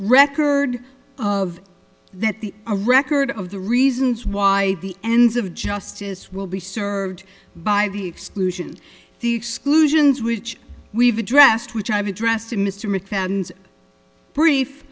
record of that the a record of the reasons why the ends of justice will be served by the exclusion the exclusions which we've addressed which i've addressed to mr mcfadden's brief